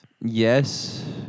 Yes